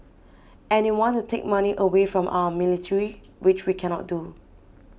and they want to take money away from our military which we cannot do